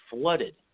flooded